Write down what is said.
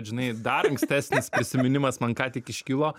žinai dar ankstesnis prisiminimas man ką tik iškilo